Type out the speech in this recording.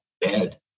bed